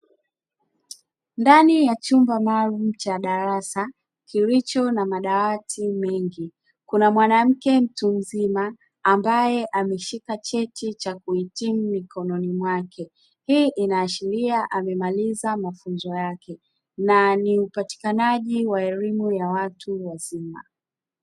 Ndani ya chumba maalumu cha darasa kilicho na madawati mengi kuna mwanamke mtu mzima ambaye ameshika cheti cha kuhitimu mikononi mwake, hii inaashiria amemaliza mafunzo yake na ni upatikanaji wa elimu ya watu wazima.